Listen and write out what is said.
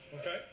okay